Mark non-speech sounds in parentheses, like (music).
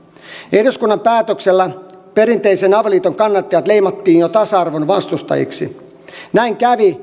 eduskunnan päätöksellä perinteisen avioliiton kannattajat leimattiin jo tasa arvon vastustajiksi näin kävi (unintelligible)